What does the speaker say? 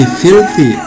filthy